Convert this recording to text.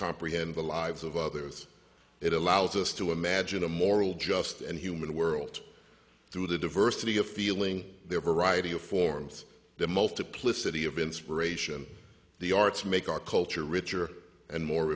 comprehend the lives of others it allows us to imagine a moral just and human world through the diversity of feeling their variety of forms the multiplicity of inspiration the arts make our culture richer and more